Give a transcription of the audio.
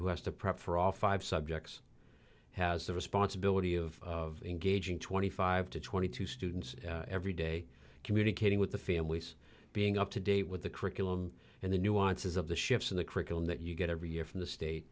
who has to prep for all five subjects has the responsibility of engaging twenty five to twenty two students every day communicating with the families being up to date with the curriculum and the nuances of the shifts in the curriculum that you get every year from the state